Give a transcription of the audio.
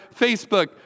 Facebook